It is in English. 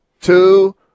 two